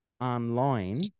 online